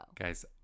Guys